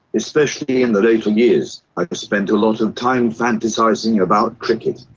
especially in the later years i spent a lot of time fantasising about cricket.